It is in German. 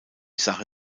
sache